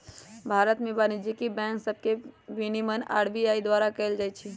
भारत में वाणिज्यिक बैंक सभके विनियमन आर.बी.आई द्वारा कएल जाइ छइ